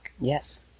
Yes